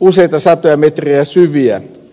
useita satoja metrejä syviä